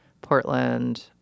portland